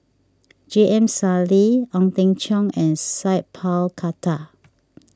J M Sali Ong Teng Cheong and Sat Pal Khattar